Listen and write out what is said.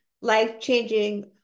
life-changing